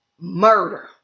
murder